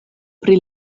pri